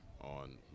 On